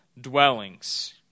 dwellings